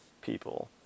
people